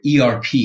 ERP